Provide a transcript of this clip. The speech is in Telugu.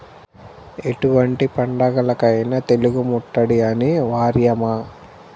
ఎటువంటి పంటలకైన తెగులు ముట్టడి అనివార్యమా?